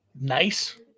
nice